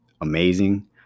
amazing